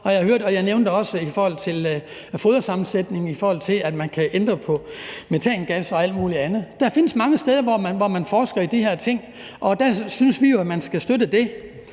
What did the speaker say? og jeg nævnte også det her med fodersammensætning, i forhold til at man kan ændre på metangas og alt muligt andet. Der findes mange steder, hvor man forsker i de her ting, og der synes vi jo, at man skal støtte det.